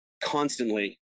constantly